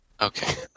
Okay